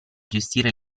gestire